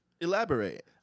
Elaborate